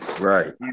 Right